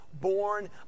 born